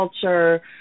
culture